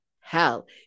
hell